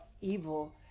evil